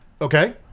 okay